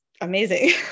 amazing